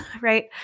right